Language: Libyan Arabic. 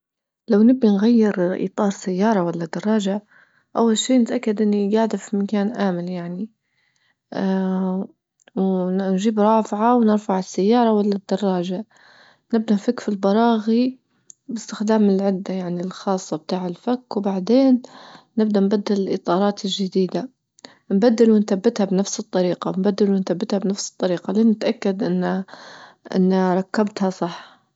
لو نبى نغير إطار سيارة ولا دراجة أول شيء نتأكد إني جاعدة في مكان آمن يعني ونجيب رافعة ونرفع السيارة ولا الدراجة، نبدأ نفك في البراغي باستخدام العدة يعني الخاصة بتاع الفك وبعدين نبدأ نبدل الإطارات الجديدة، نبدل ونثبتها بنفس الطريقة نبدل ونثبتها بنفس الطريقة لنتأكد أنه-أنه ركبتها صح.